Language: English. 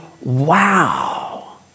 wow